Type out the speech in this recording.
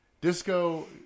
Disco